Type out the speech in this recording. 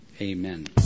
Amen